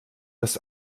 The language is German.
dass